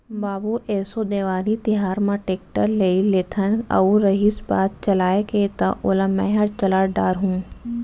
बाबू एसो देवारी तिहार म टेक्टर लेइ लेथन अउ रहिस बात चलाय के त ओला मैंहर चला डार हूँ